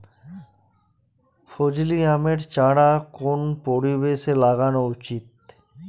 ফজলি আমের চারা কোন পরিবেশে লাগানো উচিৎ?